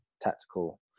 tactical